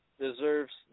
deserves